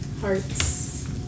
Hearts